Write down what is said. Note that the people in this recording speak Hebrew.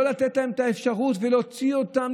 לא לתת להן את האפשרות ולהוציא אותן,